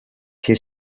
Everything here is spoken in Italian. che